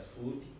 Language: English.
food